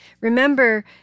Remember